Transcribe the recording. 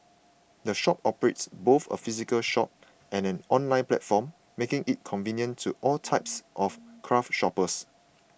the shop operates both a physical shop and an online platform making it convenient to all types of craft shoppers